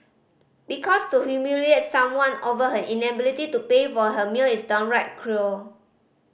because to humiliate someone over her inability to pay for her meal is downright cruel